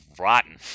rotten